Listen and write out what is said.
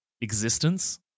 existence